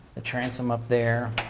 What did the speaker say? the transom up there.